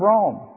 Rome